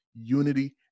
unity